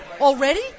already